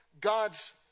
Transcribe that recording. God's